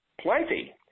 Plenty